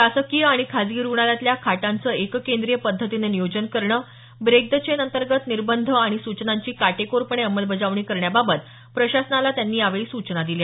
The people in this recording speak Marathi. शासकीय आणि खासगी रुग्णालयातल्या खाटांचं एककेंद्रीय पद्धतीने नियोजन करणं ब्रेक द चेन अंतर्गत निर्बंध आणि सूचनांची काटेकोरपणे अंमलबजावणी करणेबाबत प्रशासनाला त्यांनी यावेळी सूचना दिल्या